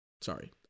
Sorry